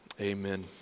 Amen